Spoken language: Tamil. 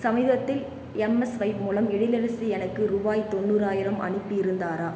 சமீபத்தில் எம்எஸ்ஸ்வைப் மூலம் எழிலரசி எனக்கு ரூபாய் தொண்ணூறாயிரம் அனுப்பியிருந்தாரா